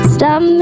Stop